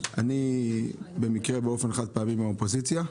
אני במקרה ובאופן חד פעמי מהאופוזיציה,